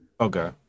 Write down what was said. Okay